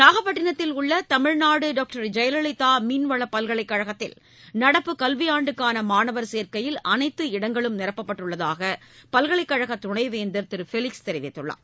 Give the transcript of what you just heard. நாகப்பட்டினத்தில் உள்ள தமிழ்நாடு டாக்டர் ஜெயலலிதா மீன்வள பல்கலைக்கழகத்தில் நடப்பு கல்வியாண்டுக்கான மாணவர் சேர்க்கையில் அனைத்து இடங்களும் நீரப்பப்பட்டுள்ளதாக பல்கலைக்கழக துணைவேந்தர் திரு ஃபெலிக்ஸ் தெரிவித்துள்ளார்